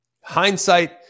Hindsight